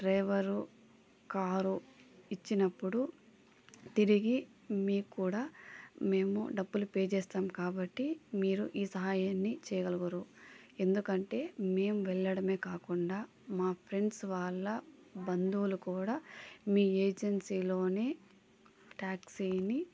driver car ఇచ్చినప్పుడు తిరిగి మీక్కూడా మేము డబ్బులు పే చేస్తాము కాబట్టి మీరు ఈ సహాయాన్ని చేయగలుగురు ఎందుకంటే మేం వెళ్లడమే కాకుండా మా ఫ్రెండ్స్ వాళ్ళ బంధువులు కూడా మీ ఏజెన్సీలోనే ట్యాక్సీని